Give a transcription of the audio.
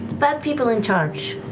bad people in charge,